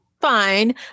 fine